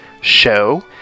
show